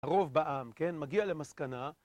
הרוב בעם, כן?, מגיע למסקנה